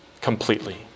completely